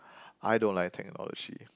I don't like technology